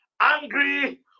Angry